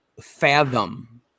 fathom